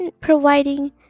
providing